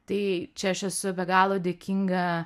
tai čia aš esu be galo dėkinga